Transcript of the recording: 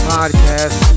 Podcast